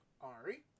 Ari